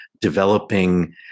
developing